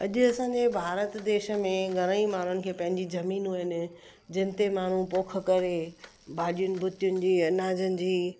अॼु असांजे भारत देश में घणई माण्हुनि खे पंहिंजी ज़मीनूं आहिनि जिनि ते माण्हू पोख करे भाॼियुनि भुतियुन जी अनाजनि जी